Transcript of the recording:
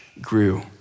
grew